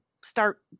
start